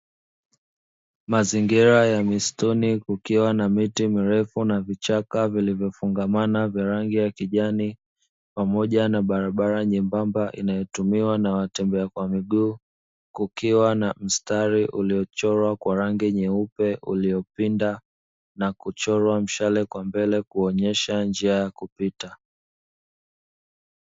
Mazingira ya misituni kukiwa na miti mirefu na vichaka vilivyofungamana vya rangi ya kijani, pamoja na barabara nyembamba inayotumiwa na watembea kwa miguu, kukiwa na mstari uliochorwa kwa rangi nyeupe uliopinda na kuchorwa mshale kwa mbele kuonyesha njia ya kupita.